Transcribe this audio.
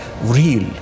real